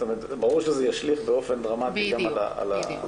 ברור שזה ישליך באופן דרמטי גם על הסיפור הזה,